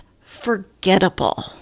forgettable